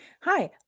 Hi